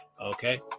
Okay